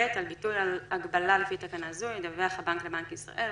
(ב) על ביטול הגבלה לפי תקנה זו ידווח הבנק לבנק ישראל,